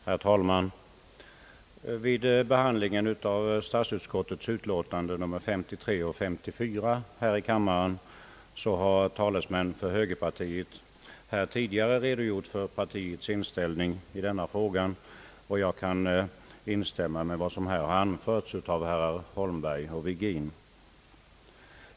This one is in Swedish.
Herr talman! Vid behandlingen av statsutskottets utlåtanden nr 53 och 54 här i kammaren har talesmän för högerpartiet tidigare redogjort för partiets inställning till denna fråga, och jag kan instämma med vad som anförts av herrar Holmberg och Virgin.